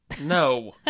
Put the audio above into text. No